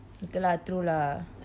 okay lah true lah